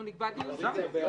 אנחנו נקבע דיון רביזיה.